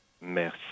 Merci